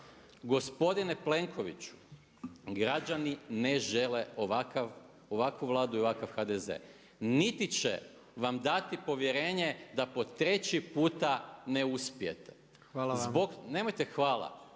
Gospodine Plenkoviću, građani ne žele ovakvu Vladu i ovakav HDZ, niti će vam dati povjerenje da po treći puta ne uspijete… …/Upadica